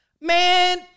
Man